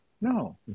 No